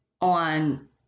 on